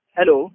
Hello